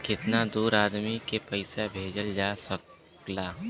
कितना दूर आदमी के पैसा भेजल जा सकला?